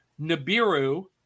Nibiru